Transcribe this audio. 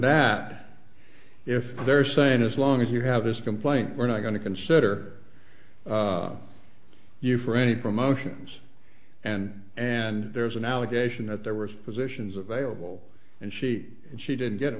that if they're saying as long as you have his complaint we're not going to consider you for any promotions and and there's an allegation that there were positions available and she and she didn't get it